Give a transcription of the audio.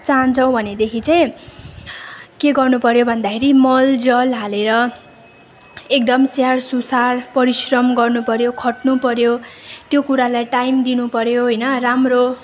चाहन्छौँ भनेदेखि चाहिँ के गर्नु पऱ्यो भन्दाखेरि मलजल हालेर एकदम स्याहारसुसार परिश्रम गर्नु पऱ्यो खट्नु पऱ्यो त्यो कुरालाई टाइम दिनु पऱ्यो होइन राम्रो